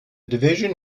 division